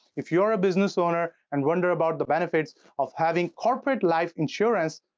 if you are a business owner and wonder about the benefits of having corporate-owned life insurance,